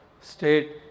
State